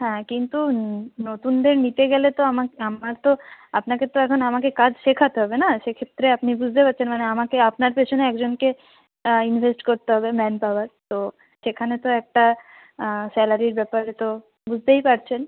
হ্যাঁ কিন্তু নতুনদের নিতে গেলে তো আমাকে আমার তো আপনাকে তো এখন আমাকে কাজ শেখাতে হবে না সে ক্ষেত্রে আপনি বুঝতে পারছেন মানে আমাকে আপনার পেছনে একজনকে ইনভেস্ট করতে হবে ম্যান পাওয়ার তো সেখানে তো একটা স্যালারির ব্যাপারে তো বুঝতেই পারছেন